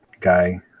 guy